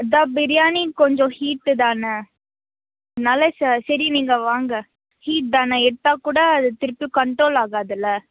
அதுதான் பிரியாணி கொஞ்சம் ஹீட்டு தானே அதனால ச சரி நீங்கள் வாங்க ஹீட் தானே எடுத்தாக்கூட அது திரும்பியும் கண்ட்ரோல் ஆகாதில